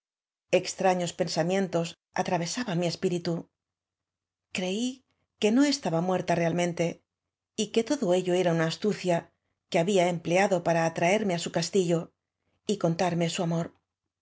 fxtrañoa pensamientos atravesaban mi espíritu creí que no estaba muerta realmeote y que todo ello era una astucia que había emplea do para atracarme á su castillo y contarme su amor